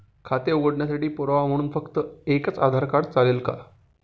खाते उघडण्यासाठी पुरावा म्हणून फक्त एकच आधार कार्ड चालेल का?